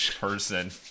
person